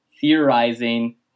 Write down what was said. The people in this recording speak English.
theorizing